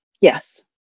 Yes